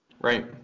Right